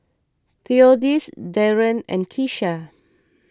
theodis Daron and Keesha